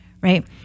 right